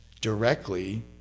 directly